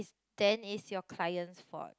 then it's your client's fault